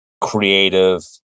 creative